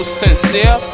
sincere